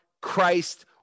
Christ